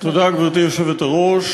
גברתי היושבת-ראש,